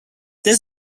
there